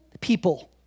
people